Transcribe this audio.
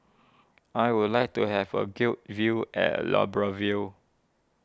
I would like to have a good view at Libreville